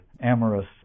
amorous